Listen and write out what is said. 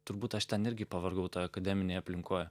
turbūt aš ten irgi pavargau toj akademinėj aplinkoj